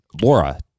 Laura